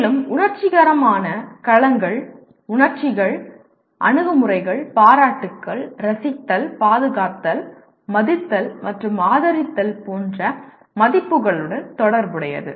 மேலும் உணர்ச்சிகரமான களங்கள் உணர்ச்சிகள் அணுகுமுறைகள் பாராட்டுகள் ரசித்தல் பாதுகாத்தல் மதித்தல் மற்றும் ஆதரித்தல் போன்ற மதிப்புகளுடன் தொடர்புடையது